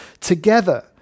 together